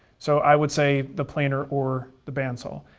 so i would say the planer or the bandsaw.